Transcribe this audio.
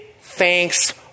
thanks